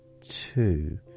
Two